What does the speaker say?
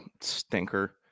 stinker